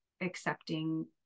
accepting